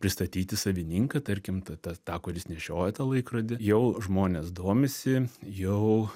pristatyti savininką tarkim tą tą tą kuris nešioja tą laikrodį jau žmonės domisi jau